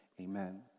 Amen